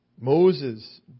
Moses